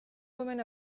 woman